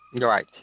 Right